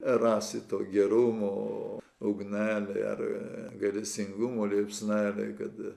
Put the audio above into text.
rasi to gerumo ugnelę ar gailestingumo liepsnelę kad